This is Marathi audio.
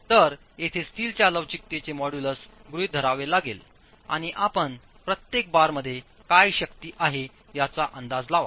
तर येथे स्टीलच्या लवचिकतेचे मॉड्यूलस गृहित धरावे लागेल आणि आपण प्रत्येक बारमध्ये काय शक्ती आहे याचा अंदाज लावाल